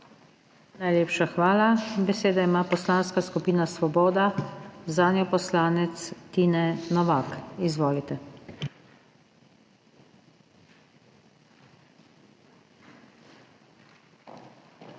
Najlepša hvala. Besedo ima Poslanska skupina Svoboda, zanjo poslanec Tine Novak. Izvolite. TINE